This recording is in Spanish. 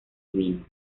vinos